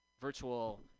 virtual